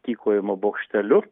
tykojimo bokšteliu